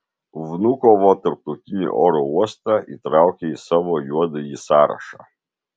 vnukovo tarptautinį oro uostą įtraukė į savo juodąjį sąrašą